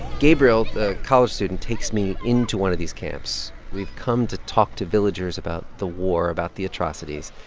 gabriel, the college student, takes me into one of these camps. we've come to talk to villagers about the war, about the atrocities.